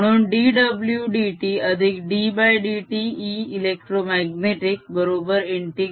म्हणून dw dt अधिक ddt E electromagnetic बरोबर ∫s